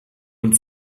und